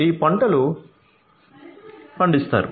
ఈ పంటలు పండిస్తారు